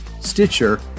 Stitcher